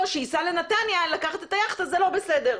שייסע לנתניה לקחת את היכטה זה לא בסדר?